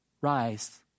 Rise